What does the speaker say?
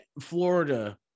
Florida-